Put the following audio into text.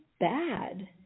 bad